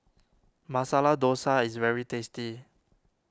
Masala Dosa is very tasty